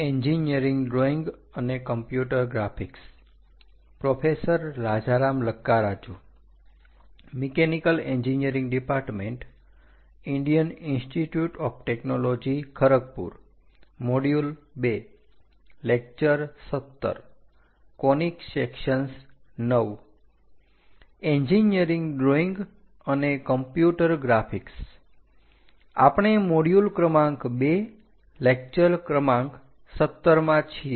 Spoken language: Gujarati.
એન્જીનિયરીંગ ડ્રોઈંગ અને કમ્પ્યુટર ગ્રાફિક્સ આપણે મોડ્યુલ ક્રમાંક 2 લેકચર ક્રમાંક 17 માં છીએ